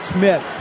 Smith